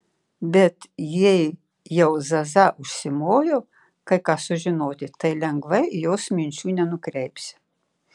bet jei jau zaza užsimojo kai ką sužinoti taip lengvai jos minčių nenukreipsi